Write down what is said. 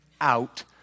out